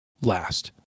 last